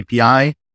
api